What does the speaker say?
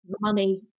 Money